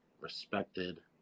respected